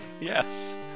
Yes